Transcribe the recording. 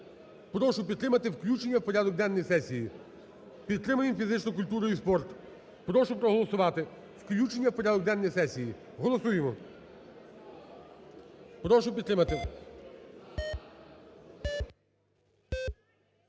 Прошу підтримати включення в порядок денний сесії. Підтримаємо фізичну культуру і спорт. Прошу проголосувати включення в порядок денний сесії. Голосуємо. Прошу підтримати.